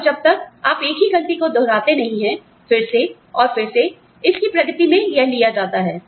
और जब तक आप एक ही गलती को दोहराते नहीं हैं फिर से और फिर सेइसकी प्रगति में यह लिया जाता है